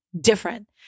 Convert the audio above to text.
different